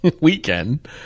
weekend